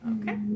okay